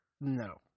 no